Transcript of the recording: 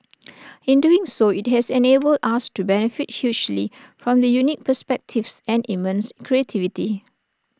in doing so IT has enabled us to benefit hugely from the unique perspectives and immense creativity